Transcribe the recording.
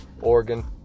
Oregon